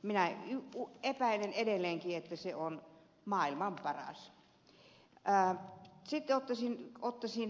minä epäilen edelleenkin että se on maailman paras